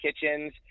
kitchens